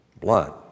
blood